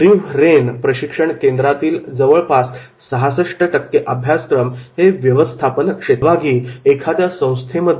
रिव्ह रेन स्विझरलँड या देशातील एक गाव प्रशिक्षण केंद्रातील जवळपास 66 टक्के अभ्यासक्रम हे व्यवस्थापन क्षेत्रातील अभ्यासक्रम आहेत